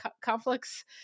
conflicts